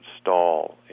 stall